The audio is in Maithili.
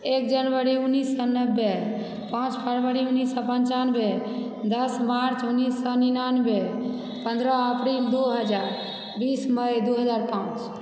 एक जनवरी उन्नैस सए नबे पाँच फरवरी उन्नैस सए पन्चानबे दश मार्च उन्नैस सए निनानबे पंद्रह अप्रिल दू हजार बीस मइ दू हजार पाँच